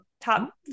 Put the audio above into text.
top